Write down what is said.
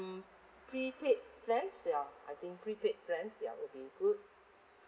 prepaid plans ya I think prepaid plan ya would be good